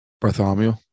Bartholomew